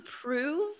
prove